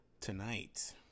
Tonight